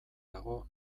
dago